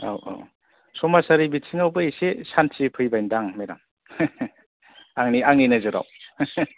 औ औ समाजारि बिथिङावबो एसे सान्ति फैबायदां मेडाम आंनि आंनि नोजोराव